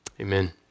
Amen